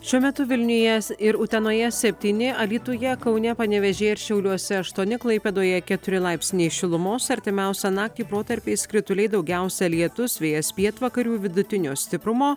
šiuo metu vilniuje ir utenoje septyni alytuje kaune panevėžyje ir šiauliuose aštuoni klaipėdoje keturi laipsniai šilumos artimiausią naktį protarpiais krituliai daugiausia lietus vėjas pietvakarių vidutinio stiprumo